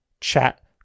chat